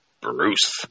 Bruce